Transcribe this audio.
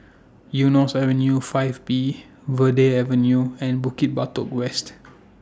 Eunos Avenue five B Verde Avenue and Bukit Batok West